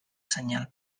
senyal